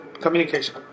communication